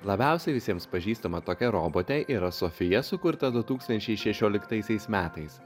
labiausiai visiems pažįstama tokia robotė yra sofija sukurta du tūkstančiai šešioliktaisiais metais